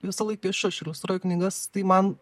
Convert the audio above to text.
visąlaik piešiu aš iliustruoju knygas tai man